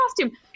costume